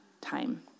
time